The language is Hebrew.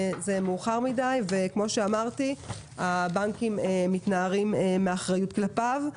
זה מאוחר מדי וכמו שאמרתי הבנקים מתנערים מהאחריות כלפיו.